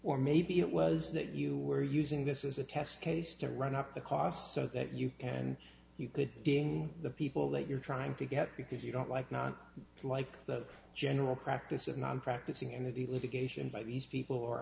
or maybe it was that you were using this as a test case to run up the cost so that you and you could gain the people that you're trying to get because you don't like not like the general practice of non practicing in the litigation by these